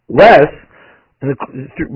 less